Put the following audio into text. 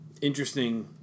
interesting